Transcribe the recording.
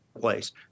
place